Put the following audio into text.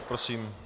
Prosím.